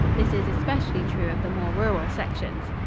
this is especially true of the more rural sections.